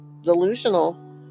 delusional